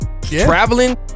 traveling